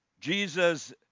Jesus